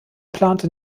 plante